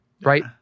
right